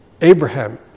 Abraham